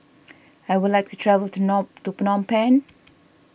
I would like to travel to Phnom Penh